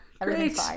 great